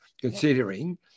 considering